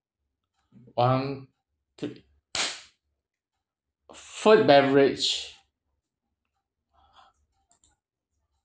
one three food beverage